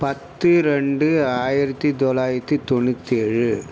பத்து ரெண்டு ஆயிரத்தி தொள்ளாயித்தி தொண்ணூற்றேழு